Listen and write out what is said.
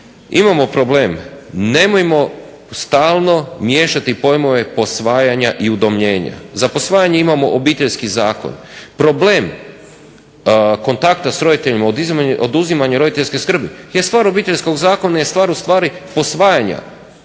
Imamo problem, nemojmo stalno miješati pojmove posvajanja i udomljenja. Za posvajanje imamo Obiteljski zakon. Problem kontakta s roditeljima, oduzimanje roditeljske skrbi je stvar Obiteljskog zakona, je stvar ustvari posvajanja.